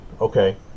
okay